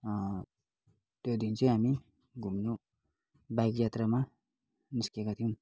त्यो दिन चाहिँ हामी घुम्नु बाइक यात्रामा निस्किएका थियौँ